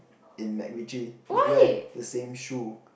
in Mac Ritchie you wear the same shoe